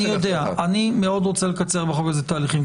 אני יודע, אני מאוד רוצה לקצר בחוק הזה תהליכים.